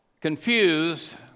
confused